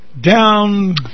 down